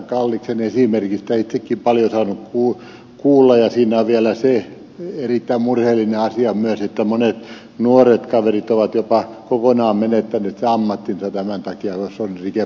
kalliksen esimerkistä olen itsekin paljon saanut kuulla ja siinä on vielä se erittäin murheellinen asia myös että monet nuoret kaverit ovat jopa kokonaan menettäneet ammattinsa tämän takia jos on rike pari aiemmin ollut